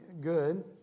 good